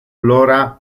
flora